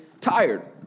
tired